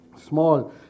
small